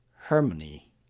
harmony